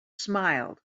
smiled